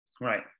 Right